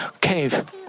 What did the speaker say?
cave